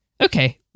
Okay